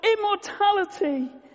immortality